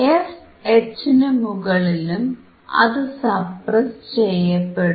fH നു മുകളിലും അതു സപ്രസ്സ് ചെയ്യപ്പെടും